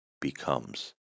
becomes